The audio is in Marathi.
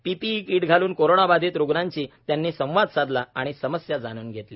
पीपीई किट घालून कोरोनाबाधित रूग्णांशी त्यांनी संवाद साधला आणि समस्या जाणून घेतल्या